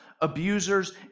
abusers